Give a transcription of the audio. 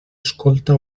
escolta